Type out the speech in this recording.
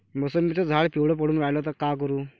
मोसंबीचं झाड पिवळं पडून रायलं त का करू?